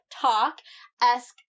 talk-esque